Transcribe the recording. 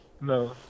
No